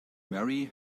marry